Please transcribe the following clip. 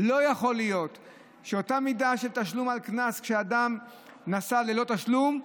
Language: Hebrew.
לא יכול להיות שאותה מידת קנס כמו לאדם שנסע ללא תשלום,